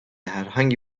herhangi